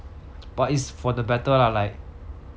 but it's for the better lah like